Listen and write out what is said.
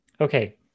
Okay